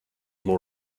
more